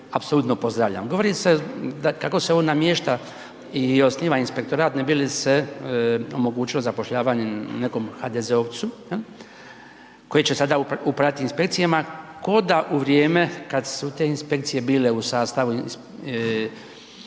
apsolutno pozdravljam. Govori se kako se ovdje namješta i osniva inspektorat ne bi li se omogućilo zapošljavanje nekog HDZ-ovcu koji će sada upravljati inspekcijama kao da u vrijeme kad su te inspekcije bile u sastavu